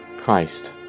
Christ